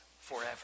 forever